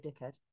dickhead